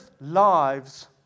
lives